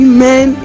Amen